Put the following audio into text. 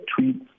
tweets